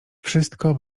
wszystko